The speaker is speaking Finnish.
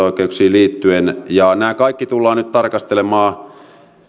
oikeuksiin liittyen ja nämä kaikki tullaan nyt tarkastelemaan